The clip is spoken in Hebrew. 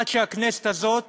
עד שהכנסת הזאת